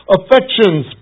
Affections